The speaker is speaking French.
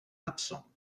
absents